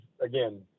again